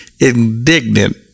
indignant